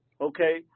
okay